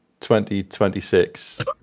2026